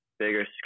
bigger